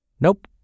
Nope